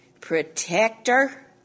Protector